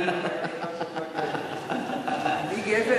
אני גבר?